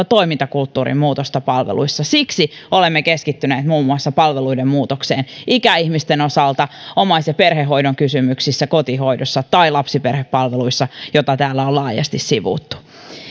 toimintakulttuurin muutosta palveluissa siksi olemme keskittyneet muun muassa palveluiden muutokseen ikäihmisten osalta omais ja perhehoidon kysymyksissä kotihoidossa tai lapsiperhepalveluissa joita täällä on laajasti sivuttu